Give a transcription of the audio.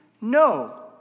no